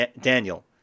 Daniel